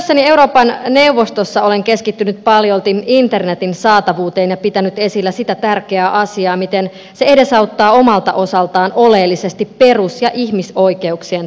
työssäni euroopan neuvostossa olen keskittynyt paljolti internetin saatavuuteen ja pitänyt esillä sitä tärkeää asiaa miten se edesauttaa omalta osaltaan oleellisesti perus ja ihmisoikeuksien toteutumista